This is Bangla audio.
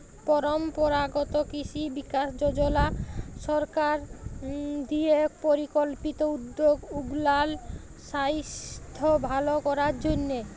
পরম্পরাগত কিসি বিকাস যজলা সরকার দিঁয়ে পরিকল্পিত উদ্যগ উগলার সাইস্থ্য ভাল করার জ্যনহে